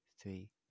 three